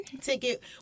ticket